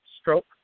stroke